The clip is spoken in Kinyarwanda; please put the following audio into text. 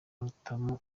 rutamu